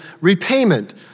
repayment